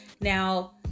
now